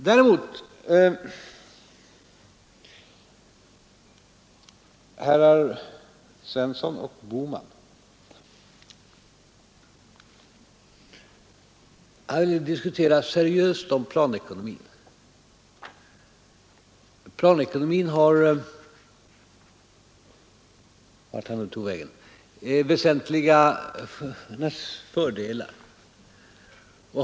Däremot herrar Svensson i Malmö och Bohman. Vi skulle föra en seriös diskussion om planekonomi, sade herr Svensson — vart han nu tog vägen. Planekonomin har väsentliga fördelar.